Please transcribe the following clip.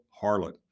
harlot